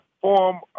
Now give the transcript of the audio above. form